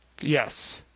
Yes